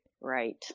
Right